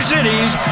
Cities